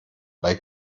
bei